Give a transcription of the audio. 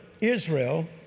Israel